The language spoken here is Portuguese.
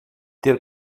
ter